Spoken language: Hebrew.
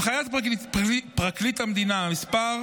הנחיית פרקליט המדינה מס'